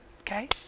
Okay